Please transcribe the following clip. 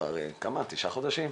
כבר תשעה חודשים.